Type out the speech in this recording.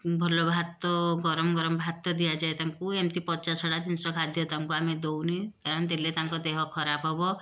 ଭଲ ଭାତ ଗରମ ଗରମ ଭାତ ଦିଆଯାଏ ତାଙ୍କୁ ଏମିତି ପଚା ସଢ଼ା ଜିନିଷ ଖାଦ୍ୟ ତାଙ୍କୁ ଆମେ ଦେଉନି କାରଣ ଦେଲେ ତାଙ୍କ ଦେହ ଖରାପ ହେବ